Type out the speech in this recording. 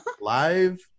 live